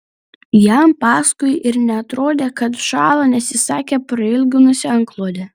jam paskui ir neatrodė kad šąla nes ji sakė prailginusi antklodę